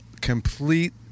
complete